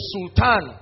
Sultan